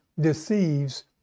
deceives